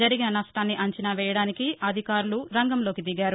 జరిగిన నష్టాన్ని అంచనా వేయడానికి అధికారులు రంగంలోకి దిగారు